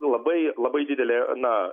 labai labai didelė na